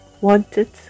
wanted